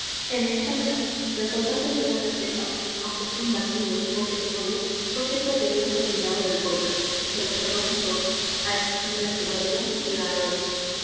en españa los audaces de buena cepa aunque sean bandidos o tenorios son siempre queridos y admirados del pueblo que lo perdona todo a excepción de la cobardía y la